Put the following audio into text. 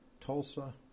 Tulsa –